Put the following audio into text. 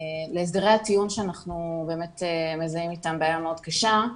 להסדרי הטיעון שאנחנו באמת מזהים איתם בעיה מאוד קשה,